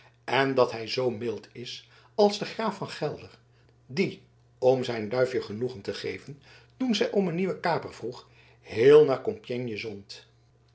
en dat hij zoo mild is als de graaf van gelder die om zijn duifje genoegen te geven toen zij om een nieuwen kaper vroeg heel naar compiegne zond